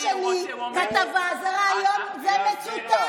כתבה, זה ריאיון, זה מצוטט.